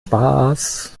spaß